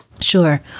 Sure